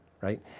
right